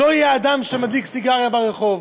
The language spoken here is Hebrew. לא יהיה אדם שמדליק סיגריה ברחוב.